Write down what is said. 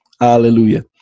Hallelujah